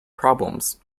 problems